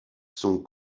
son